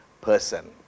person